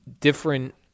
different